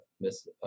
miss